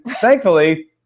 thankfully